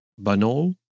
Banal